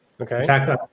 Okay